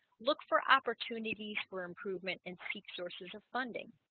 look for opportunities for improvement and seek sources of funding